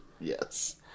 Yes